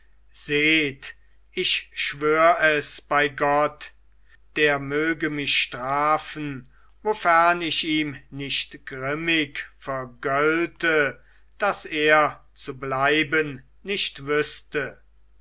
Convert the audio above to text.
seht ich schwör es bei gott der möge mich strafen wofern ich ihm nicht grimmig vergölte daß er zu bleiben nicht wüßte